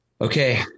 Okay